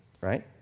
right